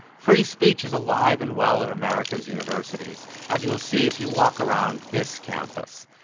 free speech is alive and well in america's universities as you will see if you walk around this campus.